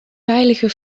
veilige